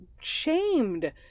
shamed